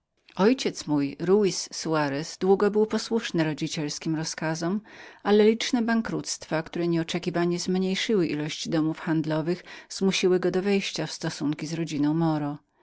ojciec mój rujs soarez długo był posłusznym rodzicielskim rozkazom ale liczne bankructwa które zmniejszyły ilość domów handlowych zmusiły go mimowolnie do wejścia w stosunki z rodziną mora